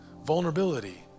Vulnerability